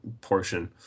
portion